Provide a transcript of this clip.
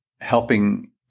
helping